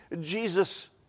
Jesus